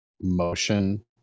motion